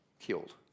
killed